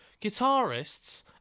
guitarists